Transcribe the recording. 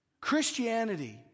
Christianity